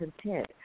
content